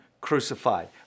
crucified